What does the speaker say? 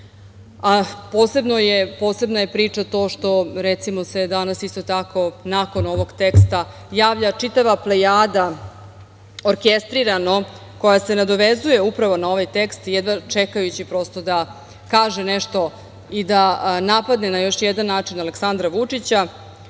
Posebna je priča to što recimo se danas isto tako nakon ovog teksta javlja čitava plejada orkestrirano, koja se nadovezuje upravo na ovaj tekst jedva čekajući prosto da kaže nešto i da napadne na još jedan način Aleksandra Vučića.